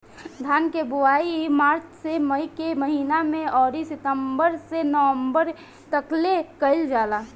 धान के बोआई मार्च से मई के महीना में अउरी सितंबर से नवंबर तकले कईल जाला